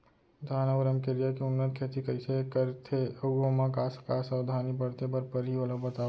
धान अऊ रमकेरिया के उन्नत खेती कइसे करथे अऊ ओमा का का सावधानी बरते बर परहि ओला बतावव?